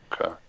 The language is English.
Okay